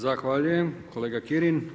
Zahvaljujem kolega Kirin.